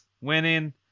winning